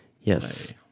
Yes